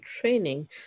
training